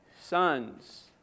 sons